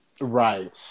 Right